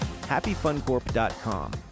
HappyFunCorp.com